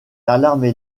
alarmes